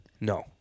no